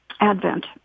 Advent